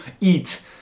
eat